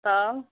तब